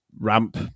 ramp